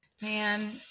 Man